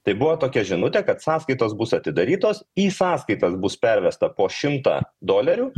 tai buvo tokia žinutė kad sąskaitos bus atidarytos į sąskaitas bus pervesta po šimtą dolerių